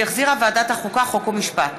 שהחזירה ועדת החוקה, חוק ומשפט.